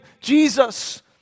Jesus